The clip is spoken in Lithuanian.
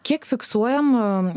kiek fiksuojama